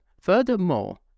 Furthermore